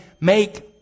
make